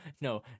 no